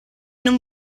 non